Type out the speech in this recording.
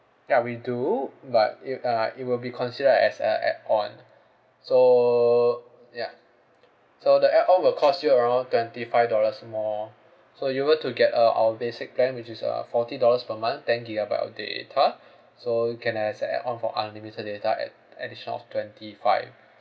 ya we do but it uh it will be considered as a add-on so ya so the add-on will cost you around twenty five dollars more so you were to get uh our basic plan which is uh forty dollars per month ten gigabyte of data so you can add as a add-on for unlimited data at additional of twenty five